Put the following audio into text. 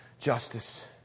justice